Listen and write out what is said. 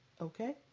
okay